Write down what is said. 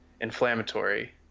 inflammatory